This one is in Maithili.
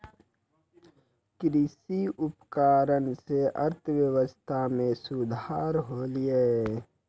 कृषि उपकरण सें अर्थव्यवस्था में सुधार होलय